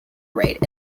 rate